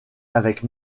avec